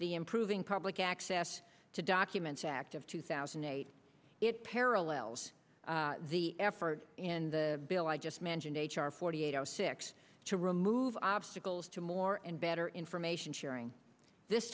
the improving public access to documents act of two thousand and eight it parallels the effort in the bill i just mentioned h r forty eight zero six to remove obstacles to more and better information sharing this